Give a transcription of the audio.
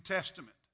Testament